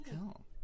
Cool